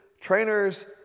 trainers